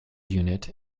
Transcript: unit